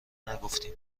نگفتیم